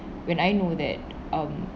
when I know that um